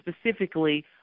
specifically